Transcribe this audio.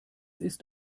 ist